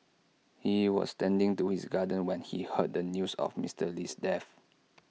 he was tending to his garden when he heard the news of Mister Lee's death